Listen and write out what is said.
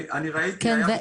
כן,